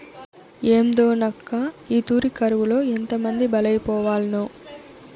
ఏందోనక్కా, ఈ తూరి కరువులో ఎంతమంది బలైపోవాల్నో